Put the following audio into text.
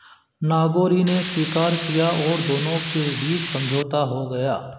नागोरी ने स्वीकार किया और दोनों के बीच समझौता हो गया